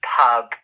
pub